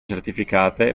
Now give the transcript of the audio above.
certificate